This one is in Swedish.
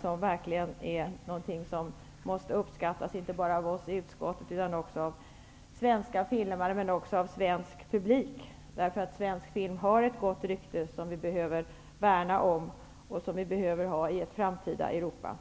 som verkligen måste uppskattas, inte bara av oss i utskottet utan också av svenska filmare och svensk publik. Svensk film har ett gott rykte som vi behöver värna om. Det behöver vi ha i ett framtida Europa.